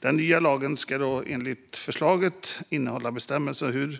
Den nya lagen ska enligt förslaget innehålla bestämmelser om hur